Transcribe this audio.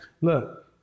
look